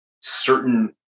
certain